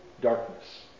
darkness